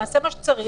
נעשה מה שצריך.